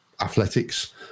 athletics